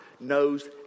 knows